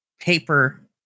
paper